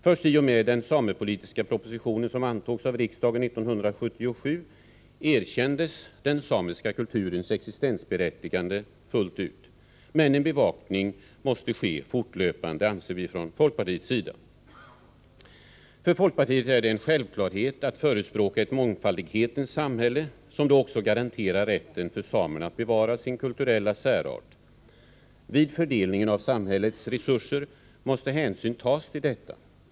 Först i och med den samepolitiska propositionen, som antogs av riksdagen 1977, erkändes den samiska kulturens existensberättigande fullt ut. Men en bevakning måste ske fortlöpande, anser vi från folkpartiets sida. För folkpartiet är det en självklarhet att förespråka ett mångfaldighetens samhälle som då också garanterar rätten för samerna att bevara sin kulturella särart. Vid fördelningen av samhällets resurser måste hänsyn tas härtill.